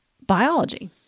biology